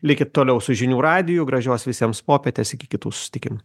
likit toliau su žinių radiju gražios visiems popietės iki kitų susitikimų